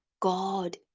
God